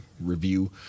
review